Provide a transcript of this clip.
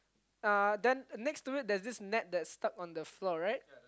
uh then next to it there's this net that's stuck on the floor right